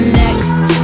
next